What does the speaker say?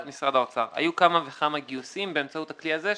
היו כמה וכמה גיוסים באמצעות הכלי הזה.